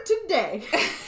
today